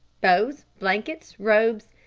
bows, blankets, robes,